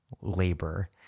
labor